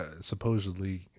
supposedly